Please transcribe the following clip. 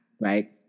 right